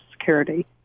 Security